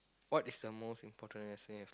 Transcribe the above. what is the most important lesson you have